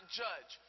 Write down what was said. judge